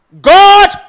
God